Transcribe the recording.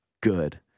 Good